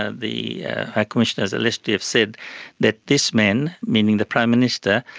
ah the high commissioner was alleged to have said that this man, meaning the prime minister,